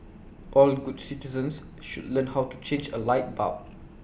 all good citizens should learn how to change A light bulb